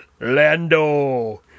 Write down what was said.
Lando